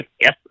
Yes